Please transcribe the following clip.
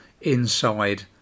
inside